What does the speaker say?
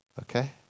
okay